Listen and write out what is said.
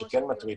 תודה על ששיתפת.